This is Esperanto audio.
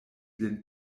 lin